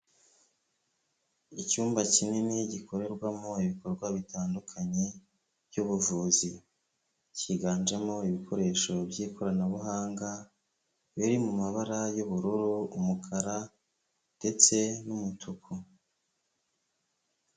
Icyumba kinini gikorerwamo ibikorwa bitandukanye by'ubuvuzi, cyiganjemo ibikoresho by'ikoranabuhanga biri mu mabara y'ubururu, umukara ndetse n'umutuku.